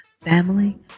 family